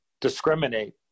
discriminate